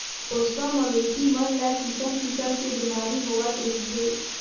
पोसवा मवेशी मन ल किसम किसम के बेमारी होवत रहिथे